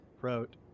wrote